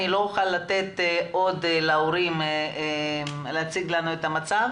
לא אוכל לתת עוד להורים שיציגו לנו את המצב